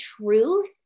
truth